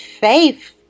faith